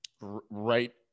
Right